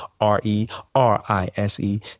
R-E-R-I-S-E